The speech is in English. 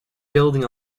building